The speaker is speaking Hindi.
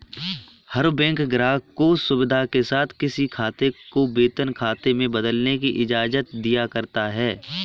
हर बैंक ग्राहक को सुविधा के साथ किसी खाते को वेतन खाते में बदलने की इजाजत दिया करता है